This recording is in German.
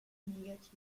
negativ